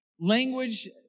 language